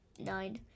nine